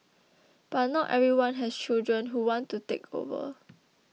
but not everyone has children who want to take over